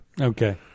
Okay